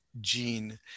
gene